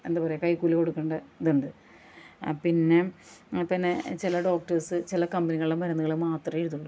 എന്താണ് പറയുക കൈക്കൂലി കൊടുക്കേണ്ട ഇതുണ്ട് പിന്നെ പിന്നെ ചില ഡോക്ടേഴ്സ് ചില കമ്പനികളുടെ മരുന്നുകൾ മാത്രമേ എഴുതുകയുള്ളു